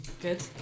Good